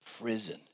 prison